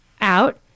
out